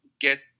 get